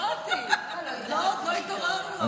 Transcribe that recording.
אדוני היושב-ראש,